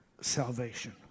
salvation